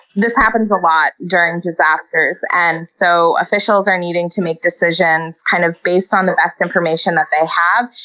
this happens a lot during disasters, and so officials are needing to make decisions kind of based on the best information that they have.